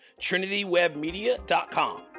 trinitywebmedia.com